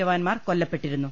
ജവാന്മാർ കൊല്ലപ്പെട്ടിരുന്നു